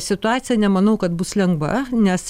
situacija nemanau kad bus lengva nes